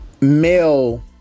male